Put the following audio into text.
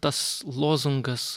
tas lozungas